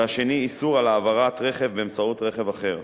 והשני איסור העברת רכב באמצעות רכב אחר,